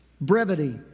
brevity